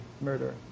murder